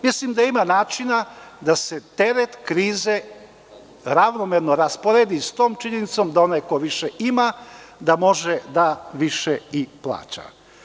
Mislim da ima načina da se teret krize ravnomerno rasporedi s tom činjenicom da onaj ko više ima, da može da više i plaća.